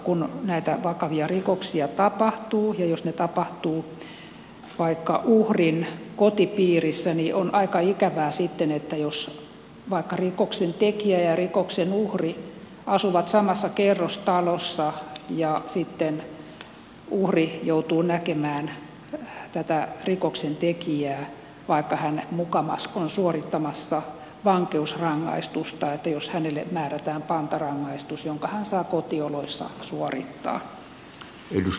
kun näitä vakavia rikoksia tapahtuu ja jos ne tapahtuvat vaikka uhrin kotipiirissä niin on aika ikävää sitten jos vaikka rikoksen tekijä ja rikoksen uhri asuvat samassa kerrostalossa ja sitten uhri joutuu näkemään tätä rikoksen tekijää vaikka hän mukamas on suorittamassa vankeusrangaistusta jos hänelle määrätään pantarangaistus jonka hän saa kotioloissaan suorittaa